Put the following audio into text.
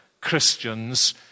Christians